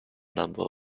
number